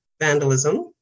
vandalism